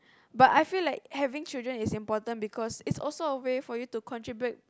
but I feel like having children is important because it's also a way for you to contribute